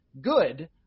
good